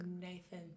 Nathan